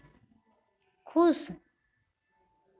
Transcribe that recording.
खुश